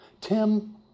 Tim